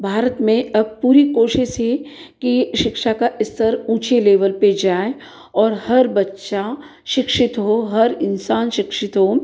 भारत में अब पूरी कोशिश है कि शिक्षा का स्तर ऊँचे लेवल पर जाए और हर बच्चा शिक्षित हो हर इंसान शिक्षित हो